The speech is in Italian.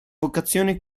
vocazione